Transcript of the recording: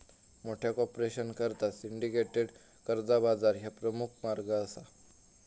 मोठ्या कॉर्पोरेशनकरता सिंडिकेटेड कर्जा बाजार ह्या प्रमुख मार्ग असा